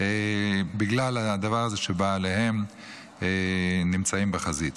בגלל הדבר הזה שבעליהן נמצאים בחזית.